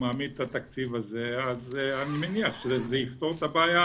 מעמיד את התקציב הזה אז אני מניח שזה יפתור את הבעיה,